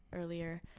Earlier